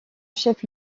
chef